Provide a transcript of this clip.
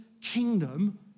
kingdom